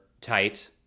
tight